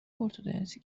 ارتدنسی